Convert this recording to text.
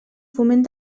foment